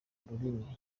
ururimi